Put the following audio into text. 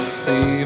see